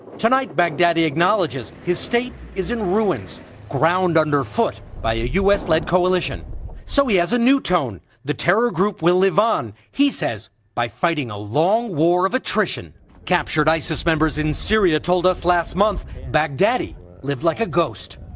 tonight, baghdadi acknowledges his state is in ruins ground under foot by a u s. led collision so he has a new tone, the terror group will live on he says by fighting a long war of attrition captured isis members in syria told us last month baghdadi lived like a ghost.